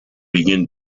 begin